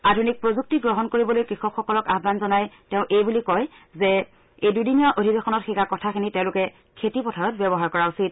আধুনিক প্ৰযুক্তি গ্ৰহণ কৰিবলৈ কৃষকসকলক আহান জনাই এইবুলি কয় যে এই দুদিনীয়া অধিৱেশনত শিকা কথাখিনি তেওঁলোকে খেতিপথাৰত ব্যৱহাৰ কৰা উচিত